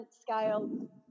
scale